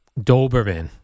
Doberman